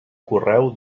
correu